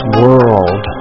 world